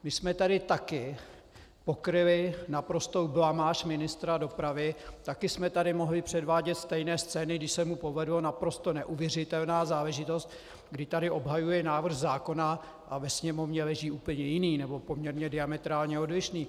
My jsme tady taky pokryli naprostou blamáž ministra dopravy, taky jsme tady mohli předvádět stejné scény, když se mu povedla naprosto neuvěřitelná záležitost, kdy tady obhajuje návrh zákona a ve Sněmovně leží úplně jiný nebo poměrně diametrálně odlišný.